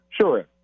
Sure